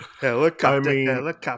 helicopter